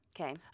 Okay